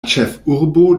ĉefurbo